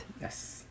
Yes